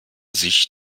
sich